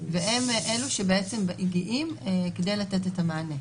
והם אלה שמגיעים כדי לתת מענה.